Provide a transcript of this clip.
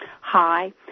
Hi